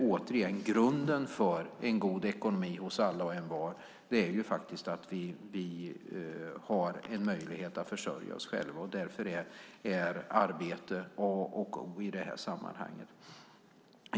Återigen: Grunden för en god ekonomi hos alla och envar är faktiskt att vi har en möjlighet att försörja oss själva. Därför är arbete A och O i det här sammanhanget.